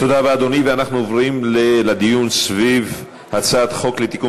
אנחנו עוברים לדיון בהצעת חוק לתיקון